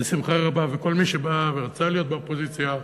בשמחה רבה, וכל מי שבא ורצה להיות באופוזיציה,